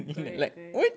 correct correct